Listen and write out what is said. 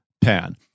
pan